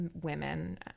women